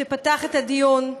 שפתח את הדיון,